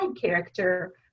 character